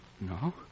No